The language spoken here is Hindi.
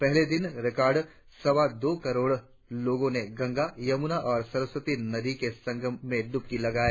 पहले दिन रिकॉर्ड सवा दो करोड़ लोगों ने गंगा यमुना और सरस्वती नदियों के संगम में ड्रबकी लगाई